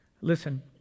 Listen